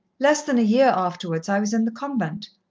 less than a year afterwards i was in the convent.